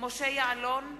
משה יעלון,